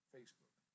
Facebook